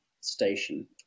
Station